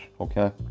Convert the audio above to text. okay